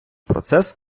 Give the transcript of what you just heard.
процес